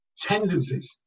tendencies